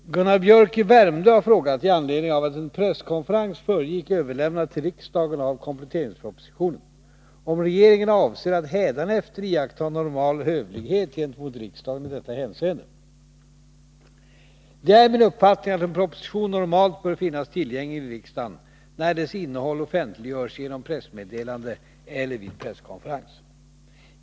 Herr talman! Gunnar Biörck i Värmdö har frågat, i anledning av att en presskonferens föregick överlämnandet till riksdagen av kompletteringspropositionen, om regeringen avser att hädanefter iaktta normal hövlighet gentemot riksdagen i detta hänseende. Det är min uppfattning att en proposition normalt bör finnas tillgänglig i riksdagen när dess innehåll offentliggörs genom pressmeddelande eller vid presskonferens.